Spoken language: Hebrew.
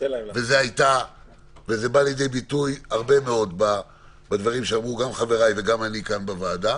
זה בא לידי ביטוי בדברים שאמרו חבריי ואני כאן בוועדה.